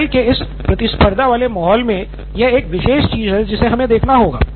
आजकल के इस प्रतिस्पर्धा वाले माहौल में यह एक विशेष चीज है जिसे हमें देखना होगा